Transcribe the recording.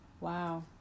Wow